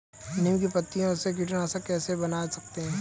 नीम की पत्तियों से कीटनाशक कैसे बना सकते हैं?